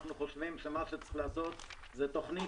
אנחנו חושבים שמה שצריך לעשות זאת תוכנית